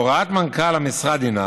הוראת מנכ"ל המשרד הינה